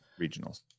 regionals